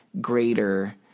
greater